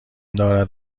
دارد